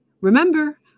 Remember